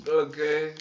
okay